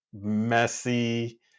messy